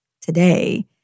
today